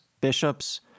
bishops